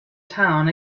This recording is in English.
town